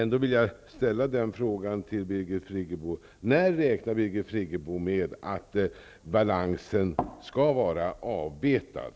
Jag vill ändå fråga Birgit Friggebo när hon räknar med att balansen skall vara avbetad.